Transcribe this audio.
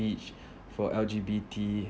each for L_G_B_T